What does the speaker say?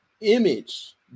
image